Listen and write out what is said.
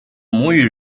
母语